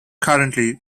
currently